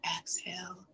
exhale